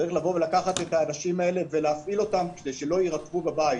צריך לקחת את האנשים האלה ולהפעיל אותם כדי שלא יירקבו בבית.